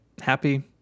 happy